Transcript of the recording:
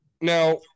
now